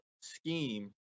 scheme